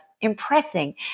impressing